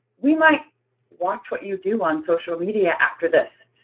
we might watch what you do on social media after this.